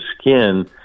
skin